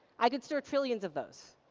i could search trillions of those.